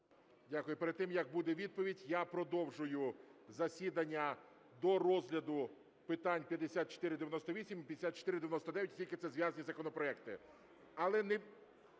Дякую. Перед тим, як буде відповідь, я продовжую засідання до розгляду питань 5498 і 5499, оскільки це зв'язані законопроекти.